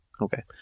okay